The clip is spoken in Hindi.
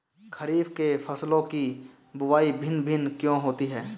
खरीफ के फसलों की बुवाई भिन्न भिन्न क्यों होती है?